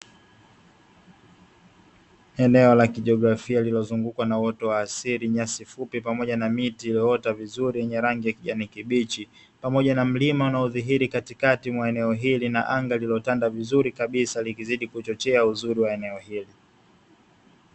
Eneo la kijiografia lililozungukwa na uoto wa asili, nyasi fupi, pamoja na miti iliyoota vizuri yenye rangi ya kijani kibichi, pamoja na mlima unaodhihiri katikati ya eneo hili, na anga lililotanda vizuri kabisa, likizidi kuchochea uzuri wa eneo hilo.